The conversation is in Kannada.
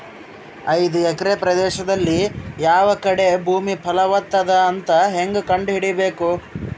ಐದು ಎಕರೆ ಪ್ರದೇಶದಲ್ಲಿ ಯಾವ ಕಡೆ ಭೂಮಿ ಫಲವತ ಅದ ಅಂತ ಹೇಂಗ ಕಂಡ ಹಿಡಿಯಬೇಕು?